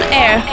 air